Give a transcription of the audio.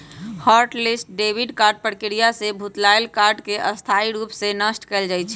hot list debit card प्रक्रिया से भुतलायल कार्ड के स्थाई रूप से नष्ट कएल जाइ छइ